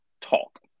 talk